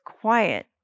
Quiet